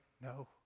no